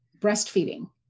breastfeeding